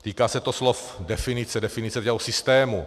Týká se to slov definice, definice toho systému.